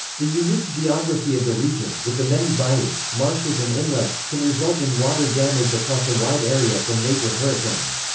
the unique geography of the region, with the many bayous, marshes and inlets, can result in water damage across a wide area from major hurricanes.